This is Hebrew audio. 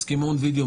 הסכמון וידיאו,